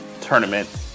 tournament